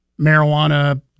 marijuana